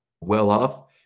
well-off